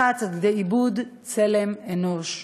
לחץ, עד כדי איבוד צלם אנוש.